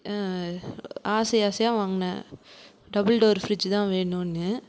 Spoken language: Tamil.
ஆசை ஆசையாக வாங்குனேன் டபுள் டோர் ஃப்ரிட்ஜு தான் வேணும்னு